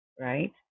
right